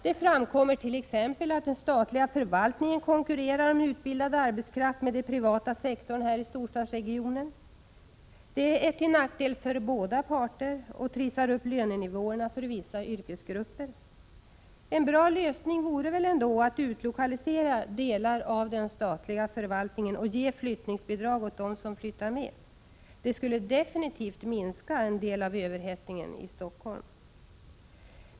Det framkommer t.ex. att den statliga förvaltningen konkurrerar om utbildad arbetskraft med den privata sektorn här i storstadsregionen. Det är till nackdel för båda parter och trissar upp lönenivåerna för vissa yrkesgrupper. En bra lösning vore väl ändå att utlokalisera delar av den statliga förvaltningen och ge flyttningsbidrag till dem som flyttar med. Det skulle definitivt minska överhettningen i Stockholm.